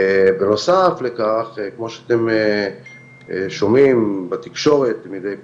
בנוסף לכך כמו שאתם שומעים בתקשורת מידי פעם,